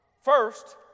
First